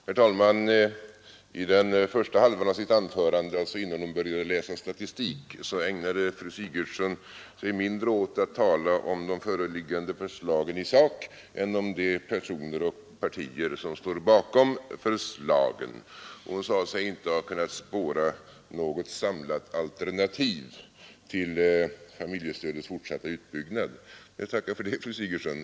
Herr talman! I den första halvan av sitt anförande — alltså innan hon började läsa statistik — ägnade sig fru Sigurdsen mindre åt att tala om de föreliggande förslagen i sak än om de personer och partier som står bakom förslagen. Hon sade sig inte ha kunnat spåra något samlat alternativ till familjestödets fortsatta utbyggnad. Nej, tacka för det!